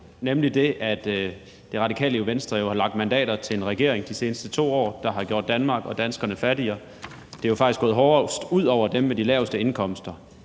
nemlig det, at Det Radikale Venstre har lagt mandater til en regering de seneste 2 år, der har gjort Danmark og danskerne fattigere. Det er jo faktisk gået hårdest ud over dem med de laveste indkomster.